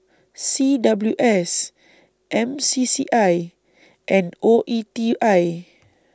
C W S M C C I and O E T I